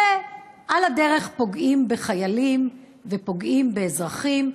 ועל הדרך פוגעים בחיילים ופוגעים באזרחים,